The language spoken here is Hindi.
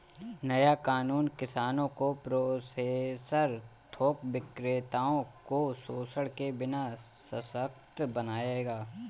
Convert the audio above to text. नया कानून किसानों को प्रोसेसर थोक विक्रेताओं को शोषण के बिना सशक्त बनाएगा